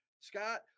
Scott